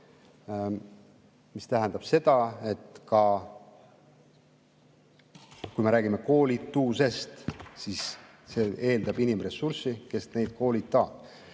See tähendab, et kui me räägime koolitusest, siis see eeldab inimressurssi, kes neid koolitab.